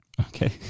Okay